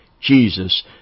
Jesus